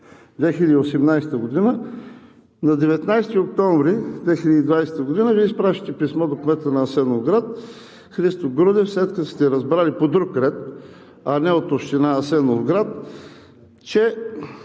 2018 г. На 19 октомври 2020 г. Вие изпращате писмо до кмета на Асеновград Христо Грудев, след като сте разбрали по друг ред, а не от Община Асеновград, че